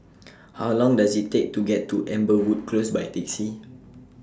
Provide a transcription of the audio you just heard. How Long Does IT Take to get to Amberwood Close By Taxi